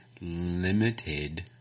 limited